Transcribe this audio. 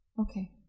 Okay